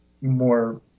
more